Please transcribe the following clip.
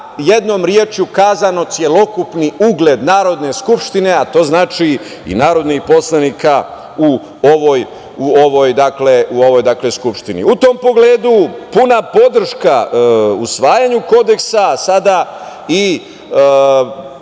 jednom rečju, kazano, celokupni ugled Narodne skupštine, a to znači i narodnih poslanika u ovoj Skupštini.U tom pogledu puna podrška usvajanju Kodeksa, sada i